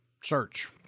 search